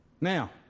Now